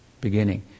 beginning